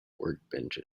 workbench